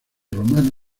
romano